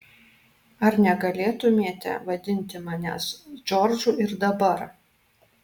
ar negalėtumėte vadinti manęs džordžu ir dabar